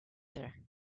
there